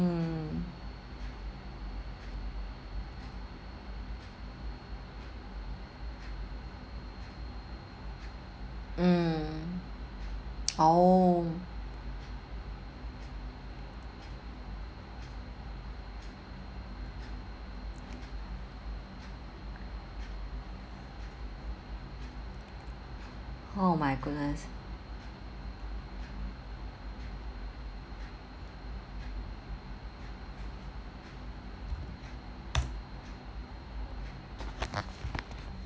mm mm oh oh my goodness